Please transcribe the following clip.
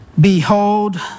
Behold